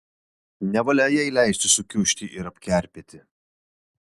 nevalia jai leisti sukiužti ir apkerpėti